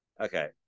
Okay